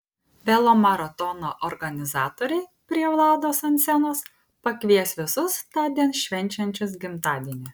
velomaratono organizatoriai prie vlados ant scenos pakvies visus tądien švenčiančius gimtadienį